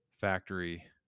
factory